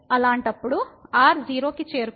అలాంటప్పుడు r 0 కి చేరుకుంటే